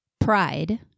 pride